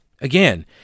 Again